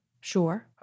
Sure